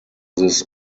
this